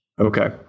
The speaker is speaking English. Okay